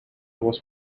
was